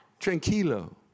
Tranquilo